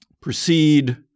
proceed